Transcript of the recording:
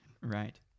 Right